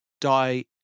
die